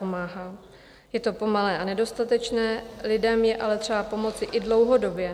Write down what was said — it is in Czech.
Je to pomalé a nedostatečné, lidem je ale třeba pomoci i dlouhodobě.